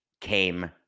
came